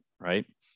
right